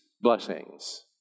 blessings